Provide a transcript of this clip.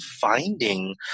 finding